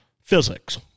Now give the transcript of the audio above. physics